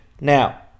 Now